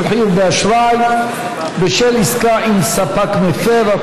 חיוב ביטול חיוב באשראי בשל עסקה עם ספק מפר),